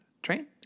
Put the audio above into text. Train